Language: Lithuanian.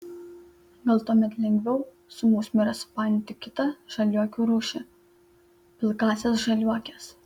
gal tuomet lengviau su musmire supainioti kitą žaliuokių rūšį pilkąsias žaliuokes